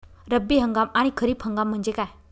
रब्बी हंगाम आणि खरीप हंगाम म्हणजे काय?